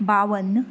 बावन्न